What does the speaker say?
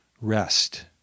rest